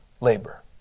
labor